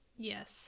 yes